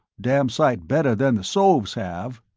damnsight better than the sovs have.